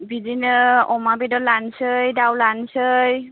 बिदिनो अमा बेदर लानोसै दाउ लानोसै